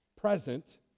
present